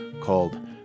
called